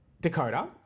Dakota